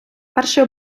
перший